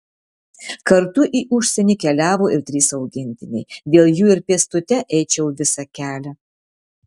kartu į užsienį keliavo ir trys augintiniai dėl jų ir pėstute eičiau visą kelią